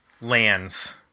lands